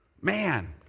Man